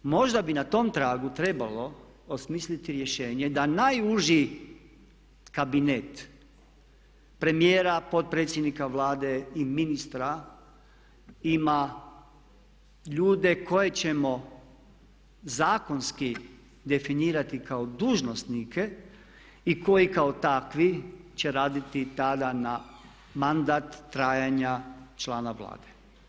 Možda bi na tom tragu trebalo osmisliti rješenje da najuži kabinet premijera, potpredsjednika Vlade i ministra ima ljude koje ćemo zakonski definirati kao dužnosnike i koji kao takvi će raditi tada na mandat trajanja člana Vlade.